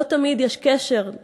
לא תמיד יש קשר,